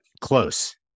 Close